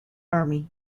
army